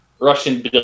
Russian